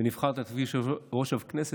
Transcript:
לתפקיד יושב-ראש הכנסת,